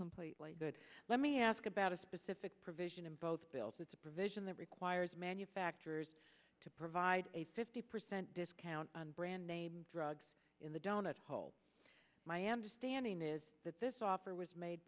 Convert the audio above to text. completely let me ask about a specific provision in both bills it's a provision that requires manufacturers to provide a fifty percent discount on brand name drugs in the donut hole my understanding is that this offer was made